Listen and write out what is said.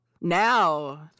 Now